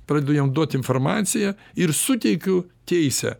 pradedu jam duot informaciją ir suteikiu teisę